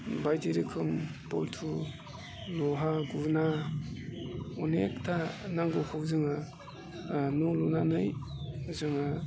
बायदि रोखोम बल्ट लहा गुना अनेखथा नांगौखौ जोङो न' लुनानै जोङो